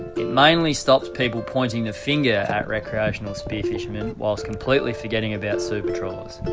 it mainly stops people pointing a finger at recreational spear-fishermen, whilst completely forgetting about super trawlers.